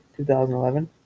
2011